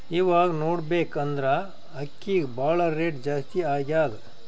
ಇವಾಗ್ ನೋಡ್ಬೇಕ್ ಅಂದ್ರ ಅಕ್ಕಿಗ್ ಭಾಳ್ ರೇಟ್ ಜಾಸ್ತಿ ಆಗ್ಯಾದ